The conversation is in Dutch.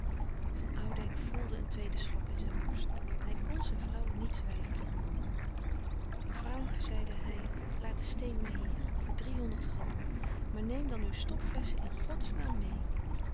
van oudijck voelde een tweeden schok in zijn borst hij kon zijn vrouw niets weigeren mevrouw zeide hij laat den steen maar hier voor drie honderd gulden maar neem dan uw stopflesschen in godsnaam meê